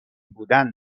بودن